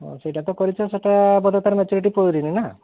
ହେଉ ସେଇଟା ତ କରିଛ ସେଇଟା ବୋଧେ ତାର ମ୍ୟାଚୁରିଟି ପୁରିନି ନା